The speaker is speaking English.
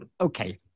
Okay